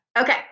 Okay